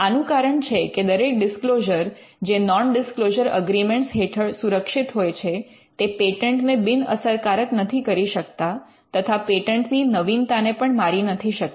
આનું કારણ છે કે દરેક ડિસ્ક્લોઝર જે નૉન ડિસ્ક્લોઝર અગ્રિમેંટ હેઠળ સુરક્ષિત હોય છે તે પેટન્ટને બિન અસરકારક નથી કરી શકતા તથા પેટન્ટની નવીનતાને પણ મારી નથી શકતા